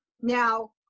Now